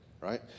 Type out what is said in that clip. right